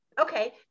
okay